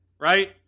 Right